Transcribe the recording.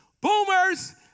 boomers